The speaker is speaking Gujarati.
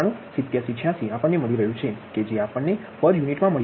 978786 આપણને મલી રહ્યું છે કે જે આપણ ને પર યુનિટ મા મળી રહ્યુ છે